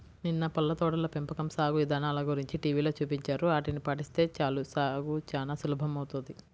నిన్న పళ్ళ తోటల పెంపకం సాగు ఇదానల గురించి టీవీలో చూపించారు, ఆటిని పాటిస్తే చాలు సాగు చానా సులభమౌతది